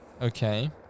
Okay